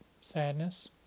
sadness